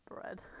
bread